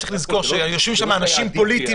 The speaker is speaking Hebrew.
צריך לזכור שיושבים שם אנשים פוליטיים